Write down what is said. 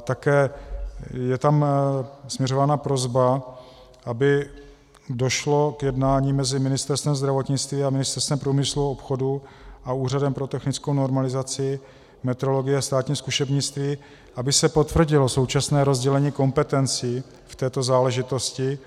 Také je tam směřována prosba, aby došlo k jednání mezi Ministerstvem zdravotnictví a Ministerstvem průmyslu a obchodu a Úřadem pro technickou normalizaci, metrologii a státní zkušebnictví, aby se potvrdilo současné rozdělení kompetencí v této záležitosti,